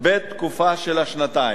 בתקופה של השנתיים.